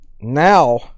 now